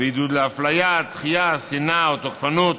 ועידוד להפליה, דחייה, שנאה או תוקפנות